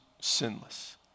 sinless